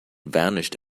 vanished